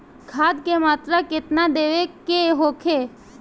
खाध के मात्रा केतना देवे के होखे?